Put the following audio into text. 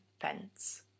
fence